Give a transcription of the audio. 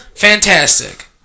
Fantastic